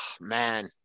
man